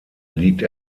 liegt